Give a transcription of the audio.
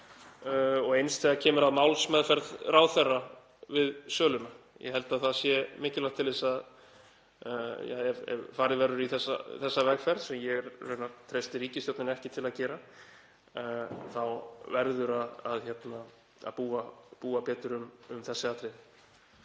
og eins þegar kemur að málsmeðferð ráðherra við söluna. Ég held að það sé mikilvægt, ef farið verður í þessa vegferð, sem ég treysti ríkisstjórninni ekki til að gera, að búa betur um þessi atriði.